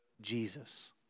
Jesus